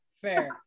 fair